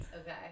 Okay